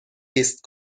لیست